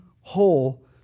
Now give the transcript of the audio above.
whole